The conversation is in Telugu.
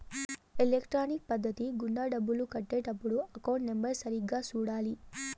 ఎలక్ట్రానిక్ పద్ధతి గుండా డబ్బులు కట్టే టప్పుడు అకౌంట్ నెంబర్ని సరిగ్గా సూడాలి